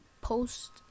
post